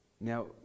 Now